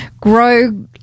grow